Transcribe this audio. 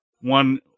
one